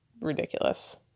ridiculous